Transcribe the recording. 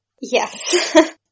yes